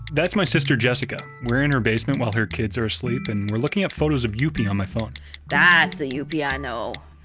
that's my sister jessica. we're in her basement while her kids are asleep and we're looking at photos of youppi on my phone that's the youppi i know.